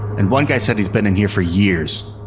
and one guy said he's been in here for years.